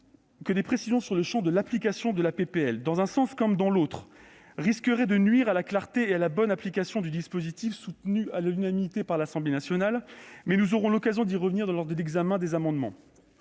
que des précisions sur le champ d'application de la proposition de loi, dans un sens comme dans l'autre, risqueraient de nuire à la clarté et à la bonne application du dispositif adopté à l'unanimité à l'Assemblée nationale, mais nous aurons l'occasion d'y revenir lors de l'examen des amendements.